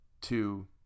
two